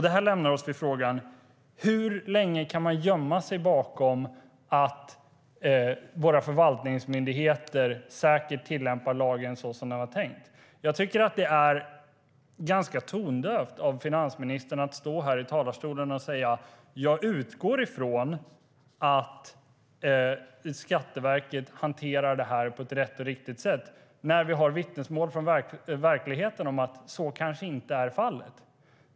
Detta leder fram till frågan: Hur länge kan man gömma sig bakom att våra förvaltningsmyndigheter säkert tillämpar lagen så som den var tänkt? Jag tycker att det är ganska tondövt av finansministern att stå här i talarstolen och säga att hon utgår från att Skatteverket hanterar detta på ett riktigt sätt när vi har vittnesmål från verkligheten om att så kanske inte är fallet.